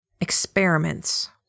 Experiments